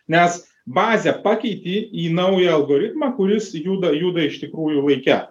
nes bazę pakeiti į naują algoritmą kuris juda juda iš tikrųjų laike